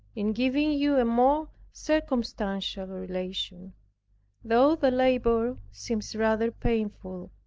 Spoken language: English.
in giving you a more circumstantial relation though the labor seems rather painful,